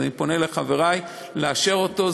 אני פונה לחברי לאשר את ההצעה.